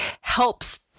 helps